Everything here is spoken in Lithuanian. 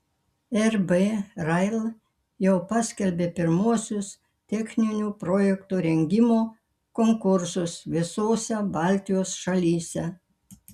rb rail jau paskelbė pirmuosius techninių projektų rengimo konkursus visose baltijos šalyse